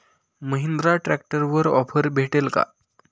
महिंद्रा ट्रॅक्टरवर ऑफर भेटेल का?